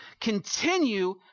continue